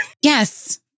Yes